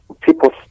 people